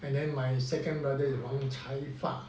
and then my second brother is wang cai fa